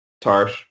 tart